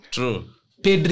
True